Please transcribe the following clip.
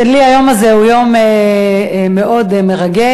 לי היום הזה הוא יום מאוד מרגש,